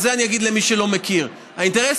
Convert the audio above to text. את זה אני אגיד למי שלא מכיר: האינטרס